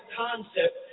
concept